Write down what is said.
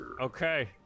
Okay